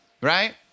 Right